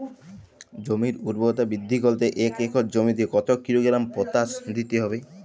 জমির ঊর্বরতা বৃদ্ধি করতে এক একর জমিতে কত কিলোগ্রাম পটাশ দিতে হবে?